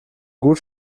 gut